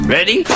Ready